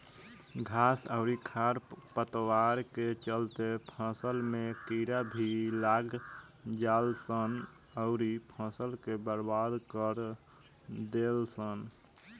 घास अउरी खर पतवार के चलते फसल में कीड़ा भी लाग जालसन अउरी फसल के बर्बाद कर देलसन